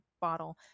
bottle